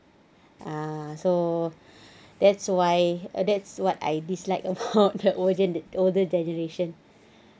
uh so that's why that's what I dislike of all the older older generation